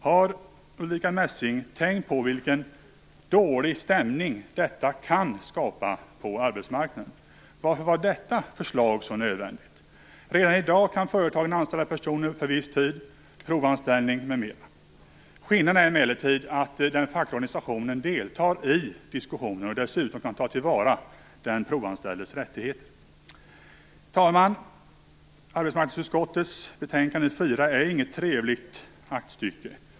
Har Ulrica Messing tänkt på vilken dålig stämning detta kan skapa på arbetsmarknaden? Varför var detta förslag så nödvändigt? Redan i dag kan företagen anställa personer för viss tid, tilllämpa provanställning m.m. Skillnaden är emellertid att den fackliga organisationen deltar i diskussionen och dessutom kan ta till vara den provanställdes rättigheter. Fru talman! Arbetsmarknadsutskottets betänkande 4 är inget trevligt aktstycke.